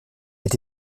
été